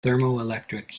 thermoelectric